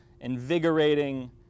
invigorating